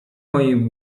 mojej